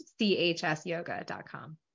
chsyoga.com